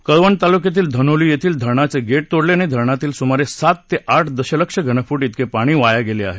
कळवण तालुक्यातील धनोली येथील धरणाचे गेट तोडल्याने धरणातील सुमारे सात ते आठ दसलक्षघनफूट त्रिके पाणी वाया गेले आहे